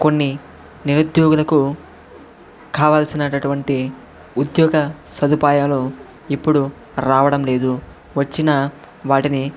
కొన్ని నిరుద్యోగులకు కావలసినటువంటి ఉద్యోగ సదుపాయాలు ఇప్పుడు రావడం లేదు వచ్చిన వాటిని